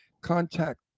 contact